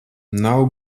nav